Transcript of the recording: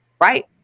right